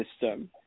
system